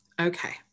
okay